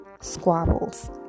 squabbles